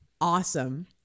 awesome